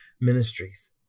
ministries